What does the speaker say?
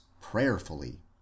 prayerfully